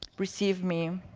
received me,